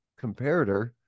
comparator